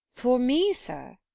for me, sir!